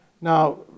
Now